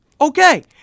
Okay